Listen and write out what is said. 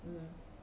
um